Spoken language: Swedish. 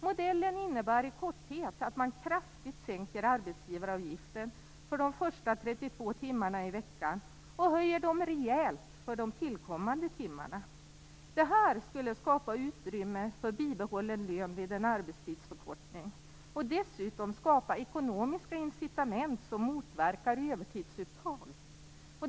Modellen innebär i korthet att man kraftigt sänker arbetsgivaravgiften för de första 32 timmarna i veckan och höjer den rejält för de tillkommande timmarna. Det skulle skapa utrymme för bibehållen lön vid en arbetstidsförkortning och dessutom skapa ekonomiska incitament som motverkar övertidsuttag.